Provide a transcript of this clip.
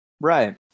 Right